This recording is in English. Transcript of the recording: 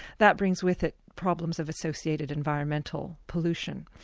that brings with it problems of associated environmental pollution.